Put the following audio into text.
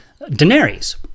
Daenerys